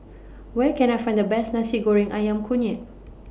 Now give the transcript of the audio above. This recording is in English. Where Can I Find The Best Nasi Goreng Ayam Kunyit